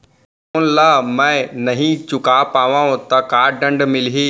Loan ला मैं नही चुका पाहव त का दण्ड मिलही?